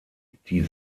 die